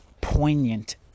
poignant